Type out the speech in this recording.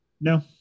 No